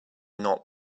not